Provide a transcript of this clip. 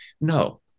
no